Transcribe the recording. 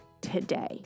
today